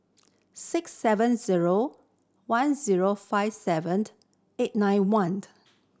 six seven zero one zero five seven eight nine one